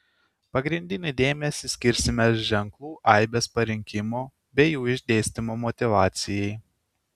pagrindinį dėmesį skirsime ženklų aibės parinkimo bei jų išdėstymo motyvacijai